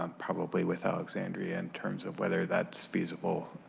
um probably with alexandria, in terms of whether that is feasible,